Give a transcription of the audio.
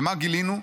ומה גילינו?